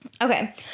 Okay